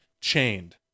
chained